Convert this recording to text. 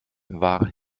war